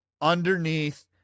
underneath